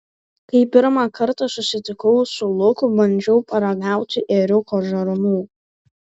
kai pirmą kartą susitikau su luku bandžiau paragauti ėriuko žarnų